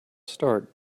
start